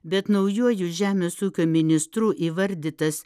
bet naujuoju žemės ūkio ministru įvardytas